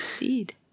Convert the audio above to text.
Indeed